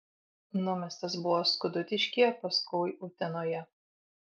numestas buvo skudutiškyje paskui utenoje